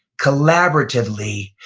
collaboratively,